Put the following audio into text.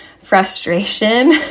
frustration